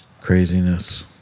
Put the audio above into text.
Craziness